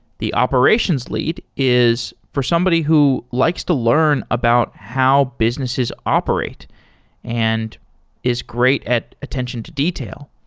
the operations lead is for somebody who likes to learn about how businesses operate and is great at attention to detail.